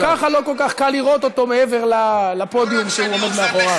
גם ככה לא כל כך לראות אותו מעבר לפודיום כשהוא עומד מאחוריו.